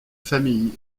familles